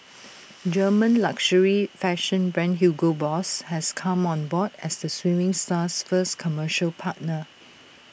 German luxury fashion brand Hugo boss has come on board as the swimming star's first commercial partner